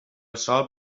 sòl